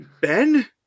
Ben